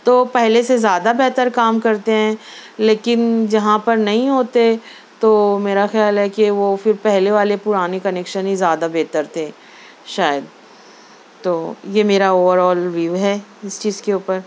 تو پہلے سے زیادہ بہتر کام کرتے ہیں لیکن جہاں پر نہیں ہوتے تو میرا خیال ہے کہ وہ پھر پہلے والے پرانے کنکشن ہی زیادہ بہتر تھے شاید تو یہ میرا اوور آل ویوو ہے اس چیز کے اوپر